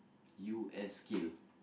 U_S scale